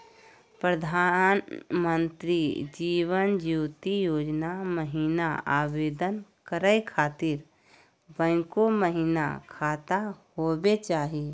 प्रधानमंत्री जीवन ज्योति योजना महिना आवेदन करै खातिर बैंको महिना खाता होवे चाही?